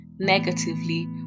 negatively